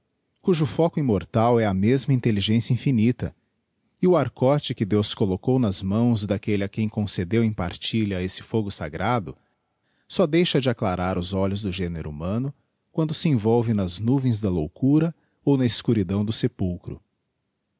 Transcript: cujo foco immortal é a mesma intelligencia infinita e o archote que deus collocounas mãos daquellea quem concedeu em partilha esse fogo sagrado só deixa de aclarar os olhos do género humano quando se envolve nas nuvens da loucura ou na escuridão do sepulchro